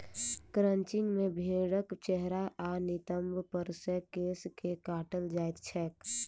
crutching मे भेंड़क चेहरा आ नितंब पर सॅ केश के काटल जाइत छैक